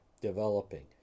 developing